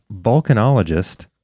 volcanologist